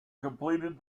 completed